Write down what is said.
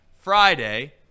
Friday